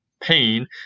Pain